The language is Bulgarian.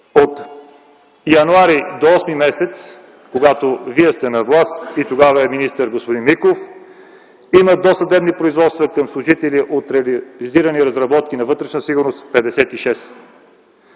на 2009 г., когато вие сте на власт, тогава министър е господин Миков, има 56 досъдебни производства към служители от реализирани разработки на „Вътрешна сигурност”.